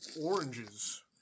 oranges